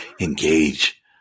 engage